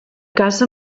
casa